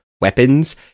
weapons